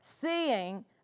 Seeing